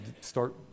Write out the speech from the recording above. start